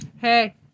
hey